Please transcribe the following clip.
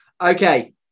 okay